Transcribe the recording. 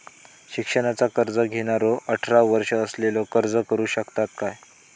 शिक्षणाचा कर्ज घेणारो अठरा वर्ष असलेलो अर्ज करू शकता काय?